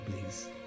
please